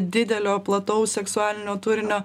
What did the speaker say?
didelio plataus seksualinio turinio